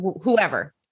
whoever